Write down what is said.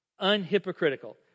unhypocritical